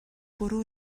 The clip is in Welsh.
bwrw